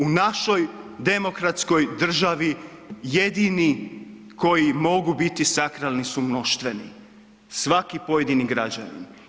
U našoj demokratskoj državi jedini koji mogu biti sakralni su mnoštveni, svaki pojedini građanin.